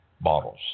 bottles